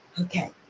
Okay